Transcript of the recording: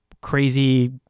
crazy